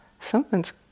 something's